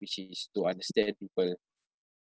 which is to understand people